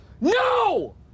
no